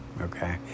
okay